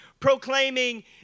proclaiming